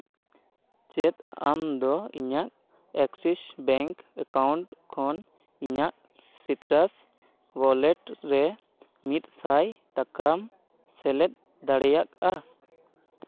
ᱪᱮᱫ ᱟᱢ ᱫᱚ ᱤᱧᱟᱹᱜ ᱮᱠᱥᱤᱥ ᱵᱮᱝᱠ ᱮᱠᱟᱣᱩᱱᱴ ᱠᱷᱚᱱ ᱤᱧᱟᱹᱜ ᱥᱤᱛᱨᱟᱥ ᱚᱣᱟᱞᱮᱴ ᱨᱮ ᱢᱤᱫ ᱥᱟᱭ ᱴᱟᱠᱟᱢ ᱥᱮᱞᱮᱫ ᱫᱟᱲᱮᱭᱟᱜᱼᱟ